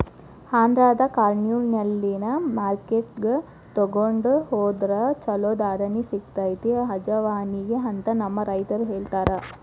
ಆಂಧ್ರದ ಕರ್ನೂಲ್ನಲ್ಲಿನ ಮಾರ್ಕೆಟ್ಗೆ ತೊಗೊಂಡ ಹೊದ್ರ ಚಲೋ ಧಾರಣೆ ಸಿಗತೈತಿ ಅಜವಾನಿಗೆ ಅಂತ ನಮ್ಮ ರೈತರು ಹೇಳತಾರ